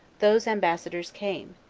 those ambassador's came,